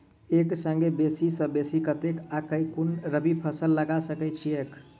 एक संगे बेसी सऽ बेसी कतेक आ केँ कुन रबी फसल लगा सकै छियैक?